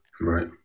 Right